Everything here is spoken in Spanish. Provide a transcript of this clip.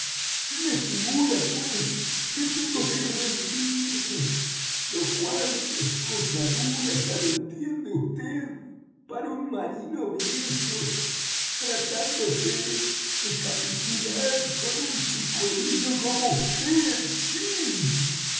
se me figura pues que tengo que rendirme lo cual es cosa dura ya lo entiende vd para un marino viejo tratándose de capitular con un chicuelillo como vd